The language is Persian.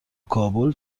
کابل